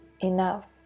enough